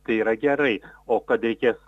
tai yra gerai o kad reikės